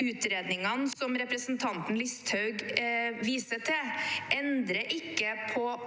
utredningene som representanten Listhaug viser til, endrer ikke